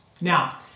Now